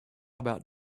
about